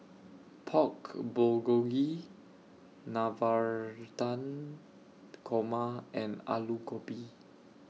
Pork Bulgogi Navratan Korma and Alu Gobi